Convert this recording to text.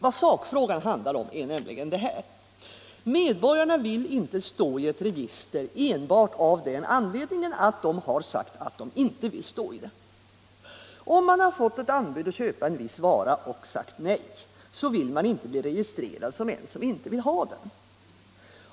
Vad sakfrågan handlar om är nämligen detta: Medborgarna vill inte stå i ett register enbart av den anledningen att de angett att de inte vill stå i det. Om man fått ett anbud om att köpa en viss vara och sagt nej, så vill man inte bli registrerad som en som inte vill ha den.